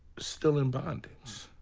still in bondage.